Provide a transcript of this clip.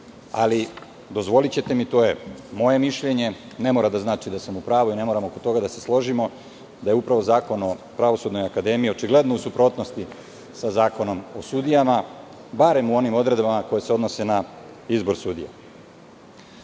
Dozvolićete mi, to je moje mišljenje, ne mora da znači da sam u pravu i ne moramo oko toga da se složimo da je upravo Zakon o Pravosudnoj akademiji očigledno u suprotnosti sa Zakonom o sudijama, bar u onim odredbama koje se odnose na izbor